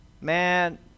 Man